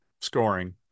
scoring